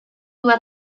let